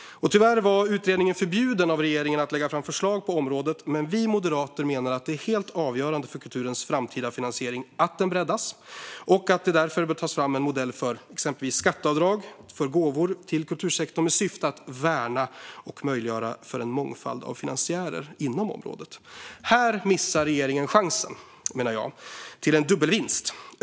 Tyvärr var utredningen förbjuden av regeringen att lägga fram förslag på området, men vi moderater menar att det är helt avgörande för kulturens framtida finansiering att den breddas och att det därför bör tas fram en modell för exempelvis skatteavdrag för gåvor till kultursektorn, med syfte att värna och möjliggöra en mångfald av finansiärer inom området. Här missar regeringen chansen, menar jag, till en dubbelvinst.